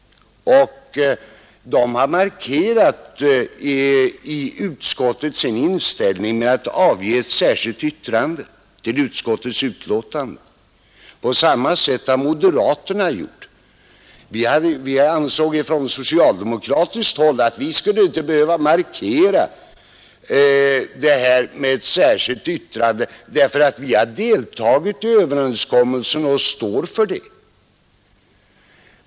Centerpartiet har också i utskottet markerat sin inställning genom att avge ett särskilt yttrande till utskottets betänkande, och moderata samlingspartiet har gjort på samma sätt. Från socialdemokratiskt håll ansåg vi oss inte behöva markera det här med ett särskilt yttrande, därför att.vi har deltagit i överenskommelsen och står = för det.